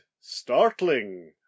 startling